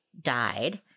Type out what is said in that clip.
died